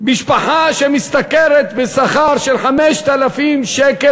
משפחה שמשתכרת 5,000 שקל,